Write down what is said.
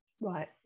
right